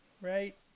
Right